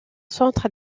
centre